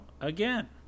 again